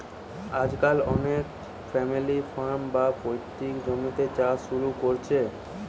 আজকাল অনেকে family farm, বা পৈতৃক জমিতে চাষ শুরু কোরছে